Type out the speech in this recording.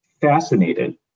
fascinated